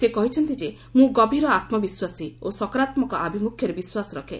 ସେ କହିଛନ୍ତି ଯେ ମୁଁ ଗଭୀର ଆତ୍କବିଶ୍ୱାସୀ ଓ ସକାରାତ୍କକ ଆଭିମୁଖ୍ୟରେ ବିଶ୍ୱାସ ରଖେ